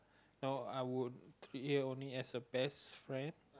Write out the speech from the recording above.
so I would behave only as a best friend